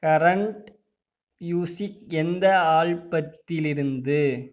current music எந்த ஆல்பத்திலிருந்து